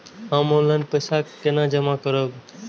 हम ऑनलाइन पैसा केना जमा करब?